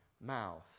mouth